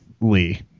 Lee